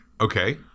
Okay